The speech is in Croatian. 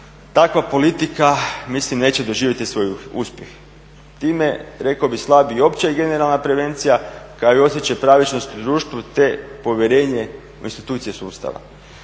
takva politika mislim neće doživjeti svoj uspjeh. Time rekao bih slabi i opća i generalna prevencija kao i osjećaj pravičnosti u društvu te povjerenje u institucije sustava.